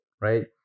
right